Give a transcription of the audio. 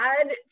add